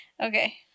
Okay